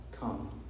Come